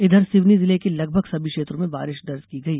इधर सिवनी जिले के लगभग सभी क्षेत्रों में बारिश दर्ज की गई